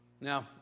Now